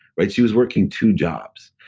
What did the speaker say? but she was working two jobs.